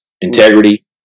integrity